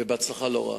ובהצלחה לא רעה.